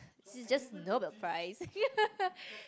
she just know the price